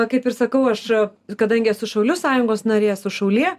kaip ir sakau aš kadangi esu šaulių sąjungos narė esu šaulė